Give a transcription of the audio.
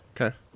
okay